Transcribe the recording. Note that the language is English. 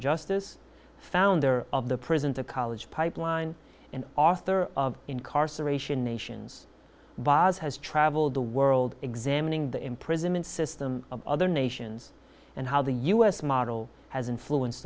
justice founder of the prison to college pipeline and author of incarceration nations boss has traveled the world examining the imprisonment system of other nations and how the u s model has influenced